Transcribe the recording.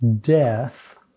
death